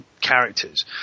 characters